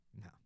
No